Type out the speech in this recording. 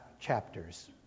chapters